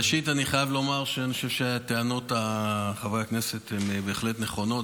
ראשית אני חייב לומר שהטענות של חברי הכנסת בהחלט נכונות,